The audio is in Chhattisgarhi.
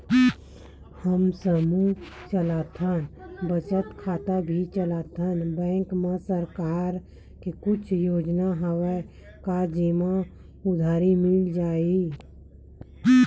हमन समूह चलाथन बचत खाता भी चलाथन बैंक मा सरकार के कुछ योजना हवय का जेमा उधारी मिल जाय?